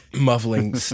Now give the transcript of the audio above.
muffling